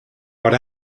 would